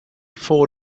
four